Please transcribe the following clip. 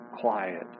quiet